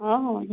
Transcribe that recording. ହଁ ହଁ ହେଉ